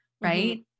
Right